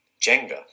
Jenga